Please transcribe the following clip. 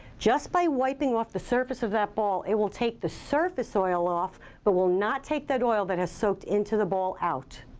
just by wiping off the surface of that ball, it will take the surface oil off but it will not take that oil that has soaked into the ball out.